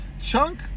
Chunk